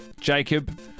Jacob